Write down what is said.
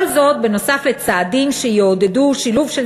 כל זאת בנוסף לצעדים שיעודדו שילוב של